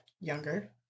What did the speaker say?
Younger